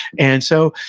and so,